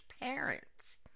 parents